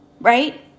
Right